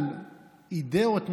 על אידיאות נעלות,